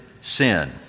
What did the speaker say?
sin